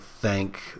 thank